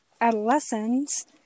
adolescents